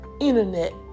internet